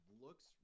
looks